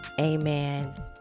amen